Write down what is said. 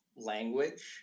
language